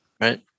Right